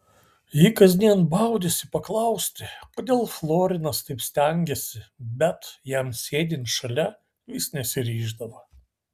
ji kasdien baudėsi paklausti kodėl florinas taip stengiasi bet jam sėdint šalia vis nesiryždavo